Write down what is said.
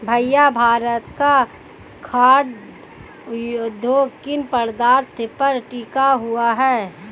भैया भारत का खाघ उद्योग किन पदार्थ पर टिका हुआ है?